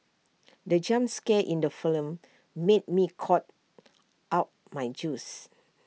the jump scare in the film made me cough out my juice